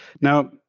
Now